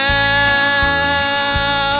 now